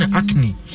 acne